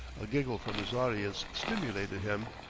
a giggle from his audience stimulated him.